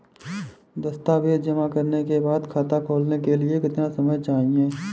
दस्तावेज़ जमा करने के बाद खाता खोलने के लिए कितना समय चाहिए?